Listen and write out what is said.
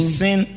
sin